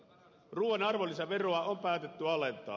ruuan arvonlisäveroa on päätetty alentaa